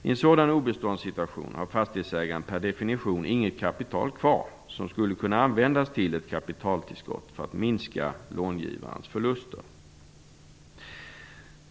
I en sådan obeståndssituation har fastighetsägaren per definition inget kapital kvar som skulle kunna användas som ett kapitaltillskott för att minska långivarens förluster.